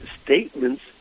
statements